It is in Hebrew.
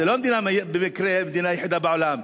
זו לא במקרה המדינה היחידה בעולם,